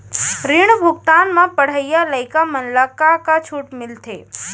ऋण भुगतान म पढ़इया लइका मन ला का का छूट मिलथे?